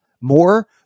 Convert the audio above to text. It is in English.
more